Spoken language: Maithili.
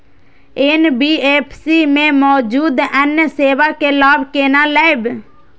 एन.बी.एफ.सी में मौजूद अन्य सेवा के लाभ केना लैब?